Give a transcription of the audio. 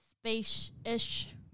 space-ish